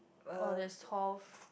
oh that's tough